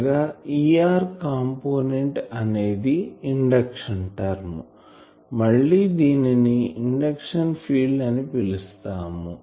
అనగా Er component అనేది induction term మళ్ళీ దీనిని ఇండక్షన్ ఫీల్డ్ అని పిలుస్తాము